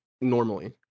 normally